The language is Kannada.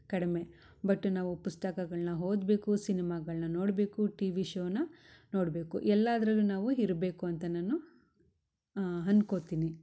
ಕಡಿಮೆ ಬಟ್ಟು ನಾವು ಪುಸ್ತಕಗಳನ್ನ ಓದ್ಬೇಕು ಸಿನಿಮಾಗಳನ್ನ ನೋಡಬೇಕು ಟಿವಿ ಶೋನ ನೋಡಬೇಕು ಎಲ್ಲಾದರಲ್ಲೂ ನಾವು ಇರ್ಬೇಕು ಅಂತ ನಾನು ಅನ್ಕೋತಿನಿ